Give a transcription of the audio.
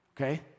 okay